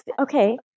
Okay